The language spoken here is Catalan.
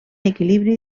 equilibri